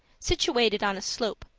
situated on a slope,